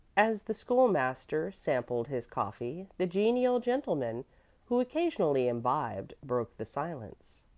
as the school-master sampled his coffee the genial gentleman who occasionally imbibed broke the silence.